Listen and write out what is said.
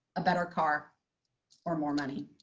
a better car or more money.